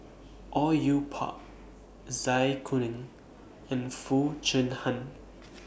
Au Yue Pak Zai Kuning and Foo Chee Han